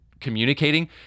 communicating